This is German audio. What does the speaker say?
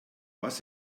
was